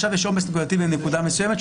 אם עכשיו יש עומס נקודתי בנקודה מסוימת,